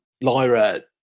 Lyra